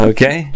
Okay